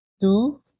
two